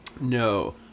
No